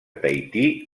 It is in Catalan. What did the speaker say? tahití